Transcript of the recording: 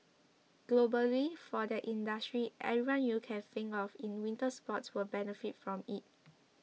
globally for that industry everyone you can think of in winter sports will benefit from it